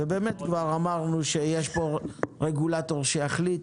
כבר אמרנו שיש פה רגולטור שיחליט